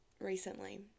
recently